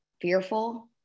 fearful